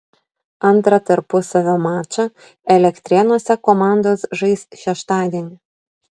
antrą tarpusavio mačą elektrėnuose komandos žais šeštadienį